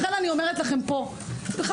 לכן אני אומרת לכן פה, קודם